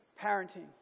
Parenting